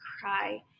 cry